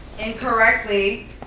Incorrectly